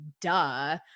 duh